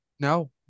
no